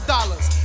Dollars